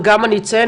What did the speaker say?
וגם אני אציין,